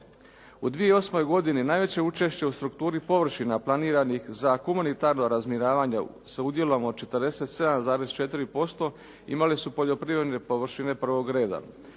U 2008. godini najveće učešće u strukturi površina planiranih za humanitarno razminiravanje sa udjelom od 47,4% imale su poljoprivredne površine prvog reda.